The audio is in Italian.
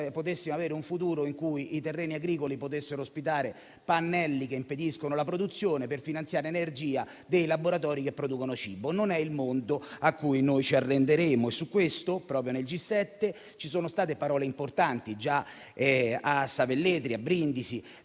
potessimo avere un futuro in cui i terreni agricoli potessero ospitare pannelli che impediscono la produzione per finanziare energia dei laboratori che producono cibo. Non è il mondo a cui noi ci arrenderemo e su questo proprio nel G7 ci sono state parole importanti, già a Savelletri, a Brindisi,